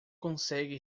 consegue